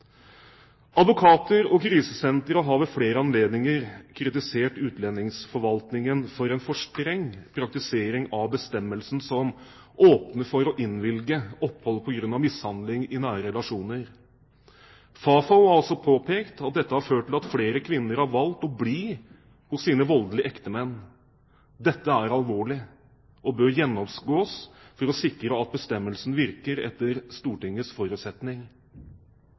Advokater og krisesentre har ved flere anledninger kritisert utlendingsforvaltningen for en for streng praktisering av bestemmelsen som åpner for å innvilge opphold på grunn av mishandling i nære relasjoner. Fafo har også påpekt at dette har ført til at flere kvinner har valgt å bli hos sin voldelige ektemann. Dette er alvorlig, og bør gjennomgås for å sikre at bestemmelsen virker etter Stortingets forutsetning.